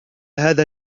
هذا